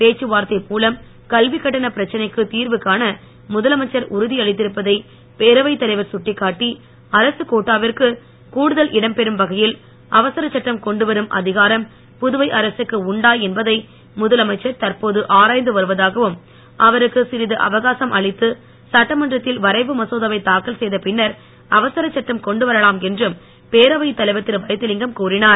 பேச்சு வார்த்தை மூலம் கல்விக் கட்டணப் பிரச்சனைக்கு திர்வு காண முதலமைச்சர் உறுதி அளித்திருப்பதை பேரவைத் தலைவர் சுட்டிக்காட்டி அரசுக் கோட்டாவிற்கு கூடுதல் இடம் பெறும் வகையில் அவசரச் சட்டம் கொண்டு வரும் அதிகாரம் புதுவை அரசுக்கு உண்டா என்பதை முதலமைச்சர் தற்போது ஆராய்ந்து வருவதாகவும் அவருக்கு சிறிது அவகாசம் அளித்து சட்டமன்றத்தில் வரைவு மசோதாவை தாக்கல் செய்த பின்னர் அவசரச் சட்டம் கொண்டு வரலாம் என்றும் பேரவை தலைவர் திரு வைத்திலிங்கம் கூறினார்